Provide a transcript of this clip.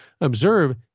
observe